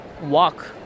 walk